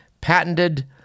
patented